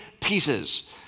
pieces